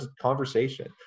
conversation